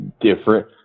different